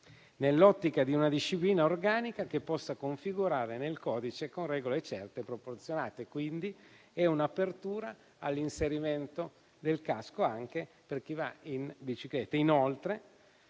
nell'ottica di una disciplina organica che possa configurare nel codice regole certe e proporzionate. Si tratta, quindi, di un'apertura all'inserimento del casco anche per chi va in bicicletta.